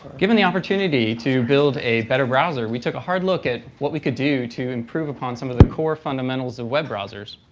given the opportunity to build a better browser, we took a hard look at what we could do to improve upon some of the core fundamentals of web browsers.